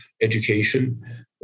education